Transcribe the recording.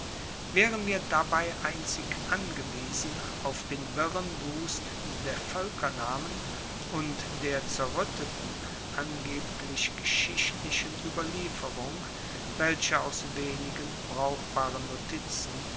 waeren wir dabei einzig angewiesen auf den wirren wust der voelkernamen und der zerruetteten angeblich geschichtlichen ueberlieferung welche aus wenigen brauchbaren notizen